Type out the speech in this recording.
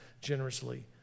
generously